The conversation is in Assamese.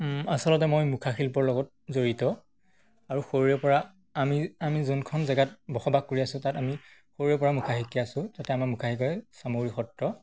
আচলতে মই মুখাশিল্পৰ লগত জড়িত আৰু সৰুৰেপৰা আমি আমি যোনখন জেগাত বসবাস কৰি আছো তাত আমি সৰুৰেপৰা মুখা শিকি আছো তাতে আমাৰ মুখা শিকাই চামগুৰি সত্ৰ